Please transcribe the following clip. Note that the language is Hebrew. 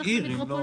לפחות בכל עיר.